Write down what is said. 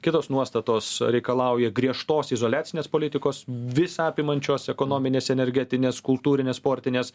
kitos nuostatos reikalauja griežtos izoliacinės politikos visa apimančios ekonominės energetinės kultūrinės sportinės